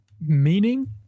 meaning